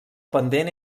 pendent